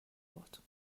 بود